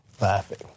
laughing